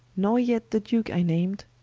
nor yet the duke i nam'd,